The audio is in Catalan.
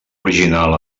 original